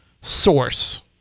source